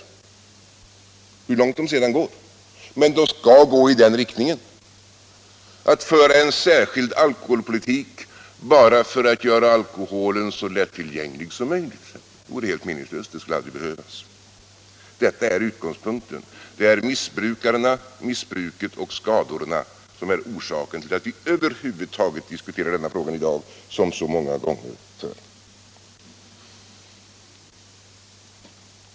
Oavsett hur långt de sedan går skall de gå i den riktningen. Att föra en särskild alkoholpolitik bara för att göra alkoholen så lättillgänglig som möjligt vore helt meningslöst. Det skulle aldrig behövas. Detta är utgångspunkten. Det är missbrukarna, missbruket och skadorna som är orsaken till att vi över huvud taget diskuterar denna fråga i dag som så många förr.